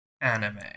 Anime